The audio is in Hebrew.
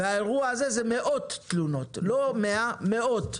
והאירוע הזה זה מאודת תלונות, לא מאה מאות.